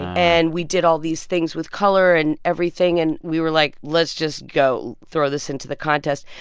and we did all these things with color and everything. and we were like, let's just go throw this into the contest.